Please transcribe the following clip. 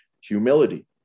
humility